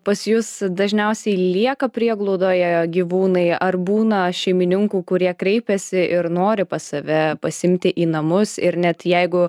pas jus dažniausiai lieka prieglaudoje gyvūnai ar būna šeimininkų kurie kreipiasi ir nori pas save pasiimti į namus ir net jeigu